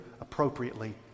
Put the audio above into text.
appropriately